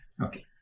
Okay